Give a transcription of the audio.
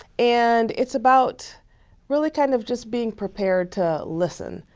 and it's about really kind of just being prepared to listen,